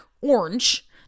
orange